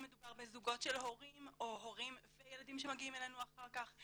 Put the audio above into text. אם מדובר בזוגות של הורים או הורים וילדים שמגיעים אלינו אחר כך.